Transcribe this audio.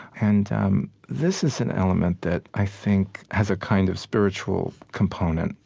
and um this is an element that i think has a kind of spiritual component,